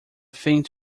thing